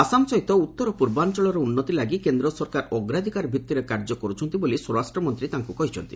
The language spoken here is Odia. ଆସାମ ସହିତ ଉତ୍ତର ପୂର୍ବାଞ୍ଚଳର ଉନ୍ନତି ପାଇଁ କେନ୍ଦ୍ର ସରକାର ଅଗ୍ରାଧିକାର ଭିଭିରେ କାର୍ଯ୍ୟ କରୁଛନ୍ତି ବୋଲି ସ୍ୱରାଷ୍ଟ୍ରମନ୍ତ୍ରୀ ତାଙ୍କୁ କହିଛନ୍ତି